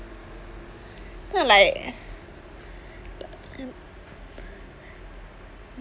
then I like